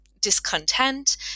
discontent